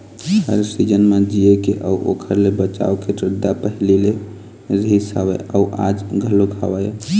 हर season म जीए के अउ ओखर ले बचाव के रद्दा पहिली ले रिहिस हवय अउ आज घलोक हवय